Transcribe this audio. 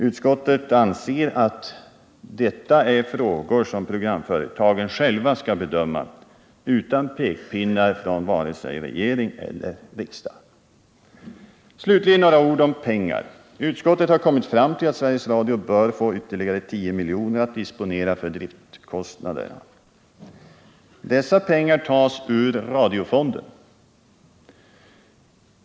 Utskottet anser att detta är frågor som programföretagen själva skall bedöma utan pekpinnar från vare sig regering eller riksdag. Slutligen några ord om pengar. Utskottet har kommit fram till att Sveriges Radio bör få ytterligare 10 milj.kr. att disponera för driftkostnaderna. Dessa pengar tas ur radiofonden.